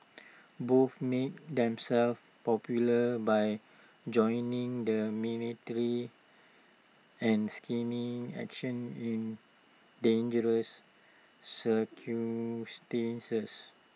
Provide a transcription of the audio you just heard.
both made themselves popular by joining the military and skinning action in dangerous